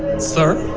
sir?